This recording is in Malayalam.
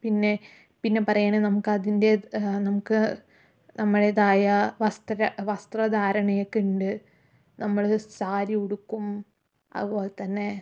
പിന്നെ പിന്നെ പറയ ണ് നമുക്കതിൻ്റെ നമുക്ക് നമ്മുടേതായ വസ്ത്ര വസ്ത്ര ധാരണയൊക്കെ ഉണ്ട് നമ്മൾ സാരി ഉടുക്കും അതുപോലെ തന്നെ